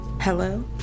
Hello